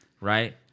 Right